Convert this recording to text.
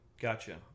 Gotcha